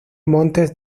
montes